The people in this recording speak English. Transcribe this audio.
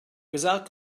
without